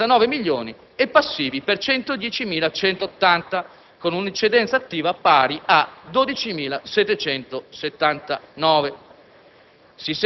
milioni e passivi per 110.180, con un'eccedenza attiva pari a 12.779.